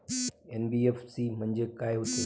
NBFC म्हणजे का होते?